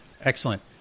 Excellent